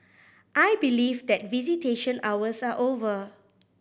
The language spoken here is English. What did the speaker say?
I believe that visitation hours are over